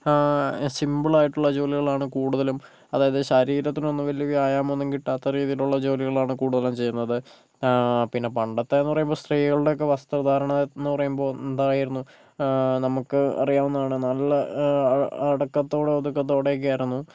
simple ആയിട്ടുള്ള ജോലികളാണ് കൂടുതലും അതായത് ശരീരത്തിന് ഒന്നും വലിയ വ്യായാമം ഒന്നും കിട്ടാത്ത രീതിയിലുള്ള ജോലികളാണ് കൂടുതലും ചെയ്യുന്നത് പിന്നെ പണ്ടത്തെ എന്ന് പറയുമ്പോൾ സ്ത്രീകളുടെയൊക്കെ വസ്ത്രധാരണം എന്ന് പറയുമ്പോൾ എന്തായിരുന്നു നമുക്ക് അറിയാവുന്നതാണ് നല്ല അടക്കത്തോട് ഒതുക്കത്തോടെ ഒക്കെയായിരുന്നു